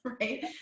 right